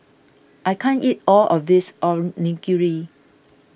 I can't eat all of this Onigiri